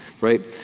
right